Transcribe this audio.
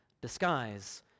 disguise